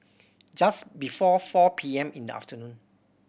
just before four P M in the afternoon